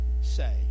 say